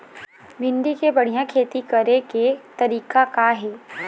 भिंडी के बढ़िया खेती करे के तरीका का हे?